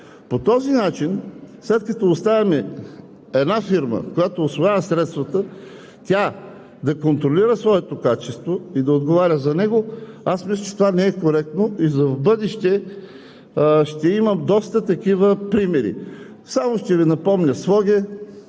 По този начин след като оставяме една фирма, която усвоява средствата, тя да контролира своето качество и да отговаря за него, аз мисля, че това не е коректно и за в бъдеще ще има доста такива примери. Само ще Ви напомня Своге